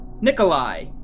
Nikolai